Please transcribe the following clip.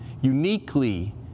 uniquely